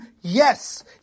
yes